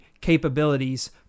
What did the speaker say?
capabilities